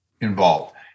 involved